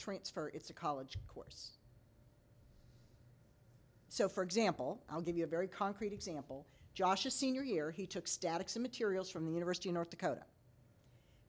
transfer it's a college course so for example i'll give you a very concrete example josh a senior year he took statics materials from the university of north dakota